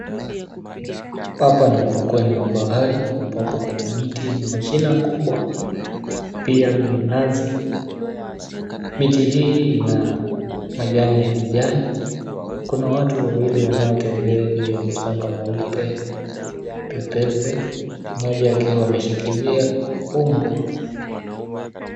Hapa ni ufukweni wa bahari ambapo kuna miti yenye mashina kubwa pia minazi, miti hii ina majani ya kijani, Kuna watu wawili wanaotembea juu ya mchanga mweupe pepepe mmoja akiwa ameshikilia mbwa.